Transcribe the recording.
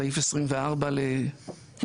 סעיף 24 למסמך,